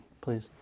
please